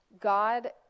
God